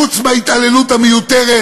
חוץ מההתעללות המיותרת,